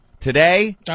Today